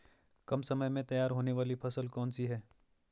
कम समय में तैयार होने वाली फसल कौन सी है?